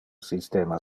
systema